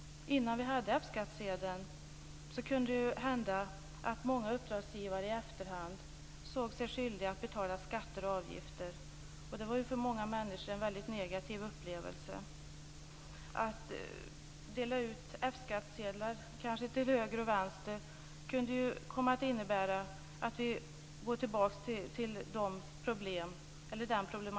Innan vi hade F-skattsedeln kunde det hända att många uppdragsgivare i efterhand såg sig skyldiga att betala skatter och avgifter. Det var för många människor en mycket negativ upplevelse. Om det började delas ut F-skattsedlar till höger och vänster kunde ju det komma att innebära att vi går tillbaka till den problematik som fanns tidigare.